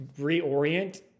reorient